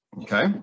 Okay